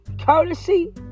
courtesy